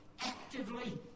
actively